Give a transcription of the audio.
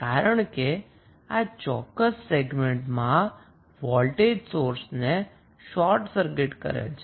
કારણ કે આ ચોક્કસ સેગમેન્ટમાં વોલ્ટેજ સોર્સને શોર્ટ સર્કિટ કરેલ છે